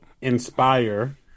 inspire